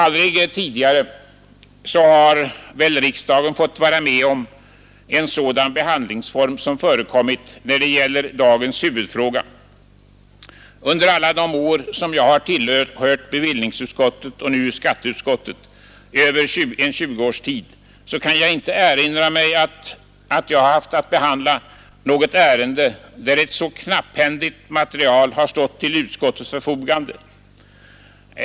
Aldrig tidigare har väl riksdagen fått vara med om en sådan behandlingsform som förekommit när det gäller dagens huvudfråga. Jag kan inte erinra mig att vi under alla de år som jag har tillhört bevillningsutskottet och nu skatteutskottet — i över 20 års tid — haft att behandla något ärende där ett så knapphändigt material stått till utskottets förfogande.